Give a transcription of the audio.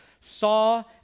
saw